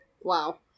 wow